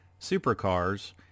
supercars